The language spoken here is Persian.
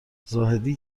زاهدی